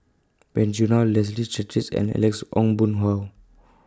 Wen Jinhua Leslie Charteris and Alex Ong Boon Hau